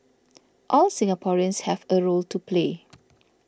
all Singaporeans have a role to play